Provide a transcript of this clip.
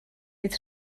bydd